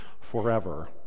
forever